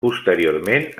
posteriorment